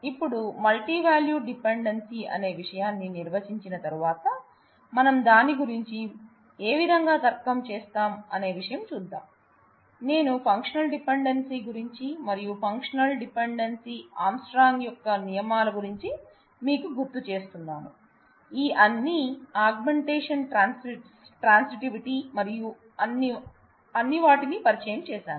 ఇప్పుడు multivalued dependency మరియు అన్ని వాటిని పరిచయం చేశాను